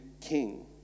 king